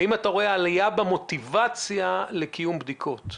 האם אתה רואה עלייה במוטיבציה לקיום בדיקות?